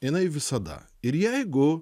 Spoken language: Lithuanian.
jinai visada ir jeigu